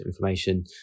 information